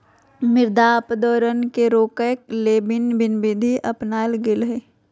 मृदा अपरदन के रोकय ले भिन्न भिन्न विधि अपनाल गेल हइ